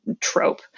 Trope